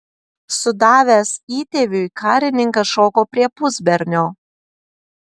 sudavęs įtėviui karininkas šoko prie pusbernio